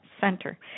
center